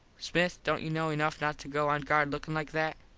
smith dont you know enuff not to go on guard lookin like that?